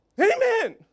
Amen